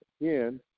again